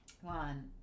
One